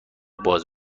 باز